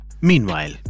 Meanwhile